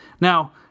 Now